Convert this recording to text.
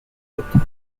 d’autres